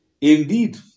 Indeed